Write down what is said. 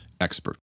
expert